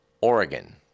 Oregon